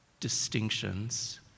distinctions